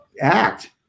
act